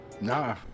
Nah